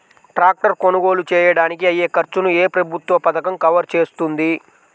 Tractor కొనుగోలు చేయడానికి అయ్యే ఖర్చును ఏ ప్రభుత్వ పథకం కవర్ చేస్తుంది?